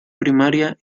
primaria